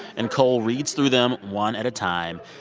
and cole reads through them one at a time.